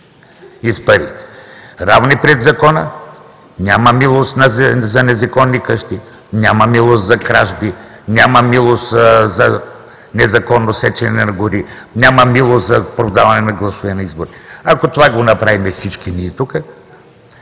стане. Равни пред закона, няма милост за незаконника, няма милост за кражби, няма милост за незаконно сечене на гори, няма милост за продаване на гласове на избори. Ако това го направим всички ние тук,